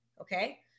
Okay